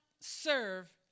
serve